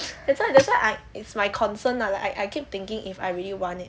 that's why that's why I it's my concern that I I keep thinking if I really want it